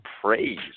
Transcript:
praise